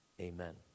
Amen